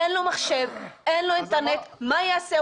אין לו מחשב, אין לו אינטרנט, מה הוא יעשה?